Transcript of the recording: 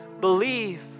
believe